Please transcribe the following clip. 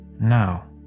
Now